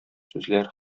сүзләр